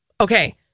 Okay